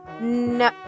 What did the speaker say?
No